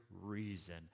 reason